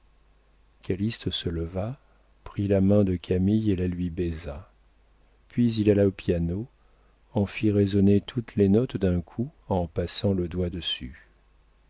épigramme calyste se leva prit la main de camille et la lui baisa puis il alla au piano en fit résonner toutes les notes d'un coup en passant le doigt dessus